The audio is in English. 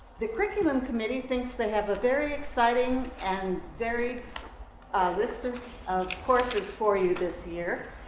the curriculum committee thinks they have a very exciting and very list of courses for you this year.